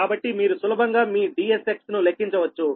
కాబట్టి మీరు సులభంగా మీ Dsx ను లెక్కించవచ్చు